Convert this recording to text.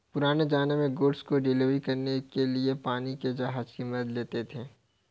पुराने ज़माने में गुड्स को डिलीवर करने के लिए पानी के जहाज की मदद लेते थे